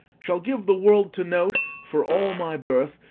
shall give the world to note, for all my birth,